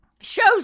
shows